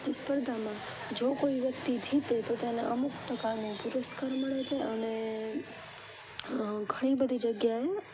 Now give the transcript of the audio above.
જે સ્પર્ધામાં જો કોઈ વ્યક્તિ જીતે તો તેને અમુક પ્રકારનો પુરસ્કાર મળે છે અને ઘણી બધી જગ્યાએ